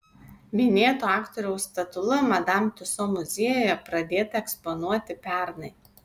minėto aktoriaus statula madam tiuso muziejuje pradėta eksponuoti pernai